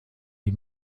dem